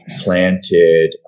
planted